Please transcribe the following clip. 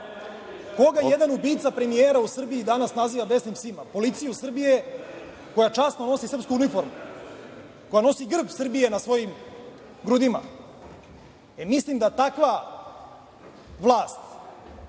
Koga jedan ubica premijera u Srbiji danas naziva „besnim psima“? Policiju Srbije koja časno nosi srpsku uniformu, koja nosi grb Srbije na svojim grudima? Mislim da takva vlast